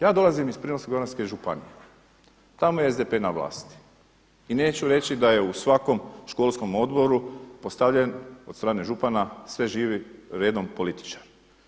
Ja dolazim iz Primorsko-goranske županije, tamo je SDP na vlasti i neću reći da je u svakom školskom odboru postavljen od strane župana sve živi redom političari.